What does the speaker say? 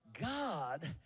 God